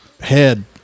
head